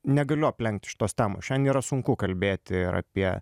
negaliu aplenkt šitos temos šiandien yra sunku kalbėti ir apie